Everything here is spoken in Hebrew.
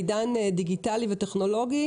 בעידן דיגיטלי וטכנולוגי,